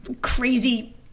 crazy